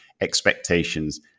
expectations